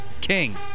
King